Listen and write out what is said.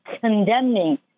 condemning